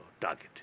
target